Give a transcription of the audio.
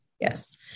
Yes